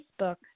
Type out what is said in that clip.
Facebook